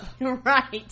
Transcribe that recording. Right